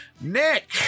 Nick